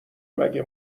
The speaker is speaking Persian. مگه